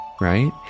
right